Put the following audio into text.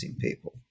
people